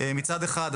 מצד אחד,